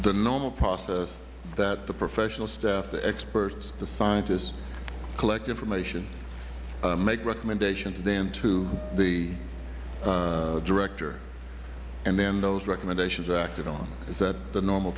the normal process that the professional staff the experts the scientists collect information make recommendations then to the director and then those recommendations are acted on is that the normal